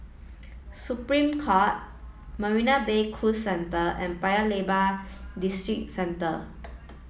Supreme Court Marina Bay Cruise Centre and Paya Lebar Districentre